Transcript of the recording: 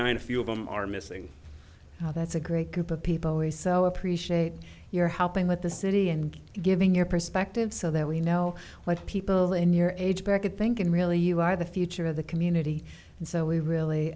nine a few of them are missing that's a great group of people appreciate your helping with the city and giving your perspective so that we know what people in your age bracket think and really you are the future of the community and so we really